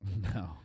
No